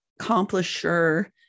accomplisher